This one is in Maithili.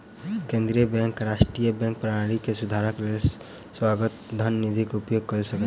केंद्रीय बैंक राष्ट्रीय बैंक प्रणाली के सुधारक लेल स्वायत्त धन निधि के उपयोग कय सकै छै